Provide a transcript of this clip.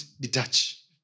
detach